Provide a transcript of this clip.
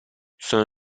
sono